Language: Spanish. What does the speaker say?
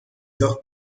dos